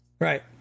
Right